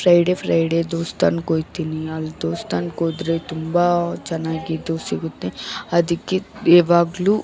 Friday Friday ದೇವ್ಸ್ಥಾನಕ್ಕೋಗ್ತೀನಿ ಅಲ್ಲಿ ದೇವ್ಸ್ಥಾನಕ್ಕೋದ್ರೆ ತುಂಬಾ ಚೆನ್ನಾಗಿ ಇದು ಸಿಗುತ್ತೆ ಅದಕ್ಕೆ ಯಾವಾಗಲು